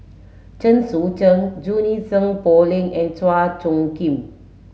Chen Sucheng Junie Sng Poh Leng and Chua Phung Kim